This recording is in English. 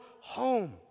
home